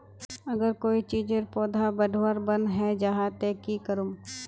अगर कोई चीजेर पौधा बढ़वार बन है जहा ते की करूम?